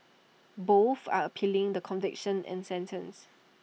both are appealing the conviction and sentence